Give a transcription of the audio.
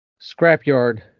scrapyard